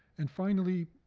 and finally,